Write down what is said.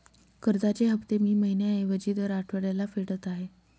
कर्जाचे हफ्ते मी महिन्या ऐवजी दर आठवड्याला फेडत आहे